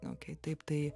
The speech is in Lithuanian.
okei taip tai